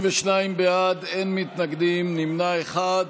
62 בעד, אין מתנגדים, נמנע אחד.